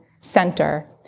center